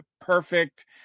perfect